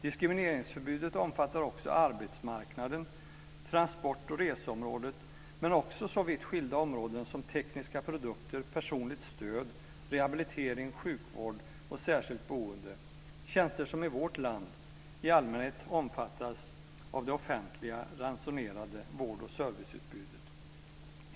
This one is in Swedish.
Diskrimineringsförbudet omfattar arbetsmarknaden och transport och reseområdet, men också så vitt skilda områden som tekniska produkter, personligt stöd, rehabilitering, sjukvård och särskilt boende - tjänster som i vårt land i allmänhet omfattas av det offentliga ransonerade vård och serviceutbudet.